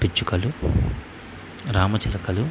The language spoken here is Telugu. పిచ్చుకలు రామచిలుకలు